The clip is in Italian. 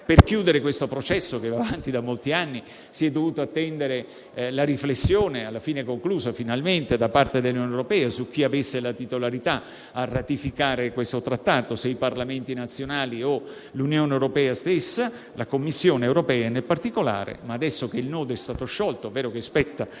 Per chiudere questo processo, che va avanti da molti anni, si è dovuto attendere la riflessione, alla fine conclusa, finalmente, da parte dell'Unione europea, su chi avesse la titolarità a ratificare questo Trattato: se i Parlamenti nazionali o l'Unione europea stessa (la Commissione europea, nel particolare). Adesso che il nodo è stato sciolto, ovvero che spetta